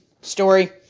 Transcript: story